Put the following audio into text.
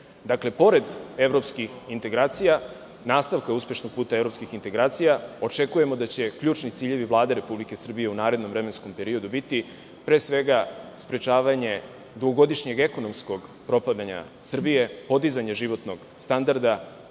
Dakle, pored evropskih integracija, nastavka uspešnog puta evropskih integracija, očekujemo da će ključni ciljevi Vlade Republike Srbije u narednom vremenskom periodu biti pre svega sprečavanje dugogodišnjeg ekonomskog propadanja Srbije, podizanje životnog standarda